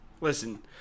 listen